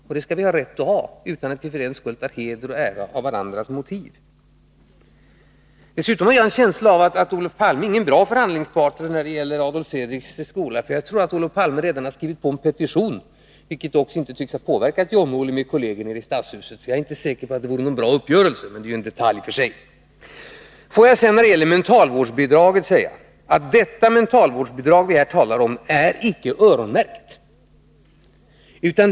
Sådana måste få finnas utan att vi för den skull skall ta heder och ära av varandras motiv. Jag har dessutom en känsla av att Olof Palme inte är någon bra förhandlingspartner när det gäller Adolf Fredriks skola. Jag tror att Olof Palme redan har skrivit på en petition, vilket dock inte tycks ha påverkat John-Olle och hans kolleger i Stadshuset. Jag är således inte säker på att det skulle bli någon bra uppgörelse, men det är en detalj för sig. Det mentalvårdsbidrag som vi här talar om är icke öronmärkt.